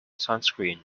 sunscreen